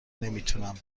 نمیتونم